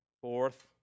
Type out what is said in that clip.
fourth